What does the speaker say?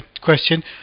question